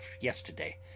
yesterday